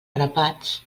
grapats